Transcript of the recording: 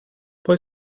poi